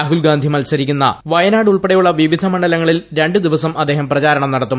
രാഹുൽ ഗാന്ധി മത്സരിക്കുന്ന വയനാട് ഉൾപ്പെടെയുള്ള വിവിധ മണ്ഡലങ്ങളിൽ ര ു ദിവസം അദ്ദേഹം പ്രചാരണം നടത്തും